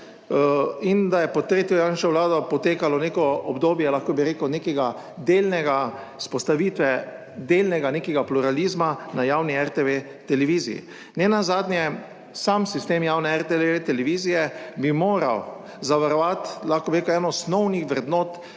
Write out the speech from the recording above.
in da je pod tretjo Janševo vlado potekalo neko obdobje, lahko bi rekel, nekega delnega, vzpostavitve delnega, nekega pluralizma na javni RTV televiziji. Nenazadnje sam sistem javne RTV televizije bi moral zavarovati, lahko bi rekel, eno osnovnih vrednot